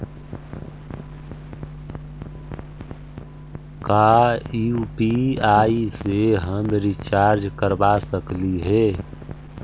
का यु.पी.आई से हम रिचार्ज करवा सकली हे?